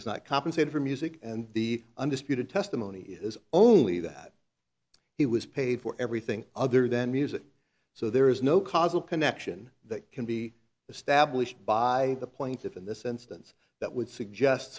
was not compensated for music and the undisputed testimony is only that he was paid for everything other than music so there is no cause of connection that can be established by the plaintiff in this instance that would suggest